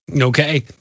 Okay